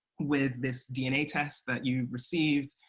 with this dna test that you received,